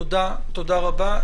תודה רבה.